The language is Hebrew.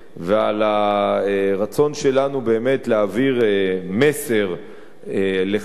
והרצון שלנו להעביר מסר על כך שהממשלה,